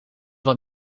wat